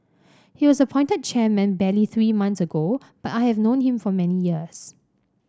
he was appointed chairman barely three months ago but I have known him for many years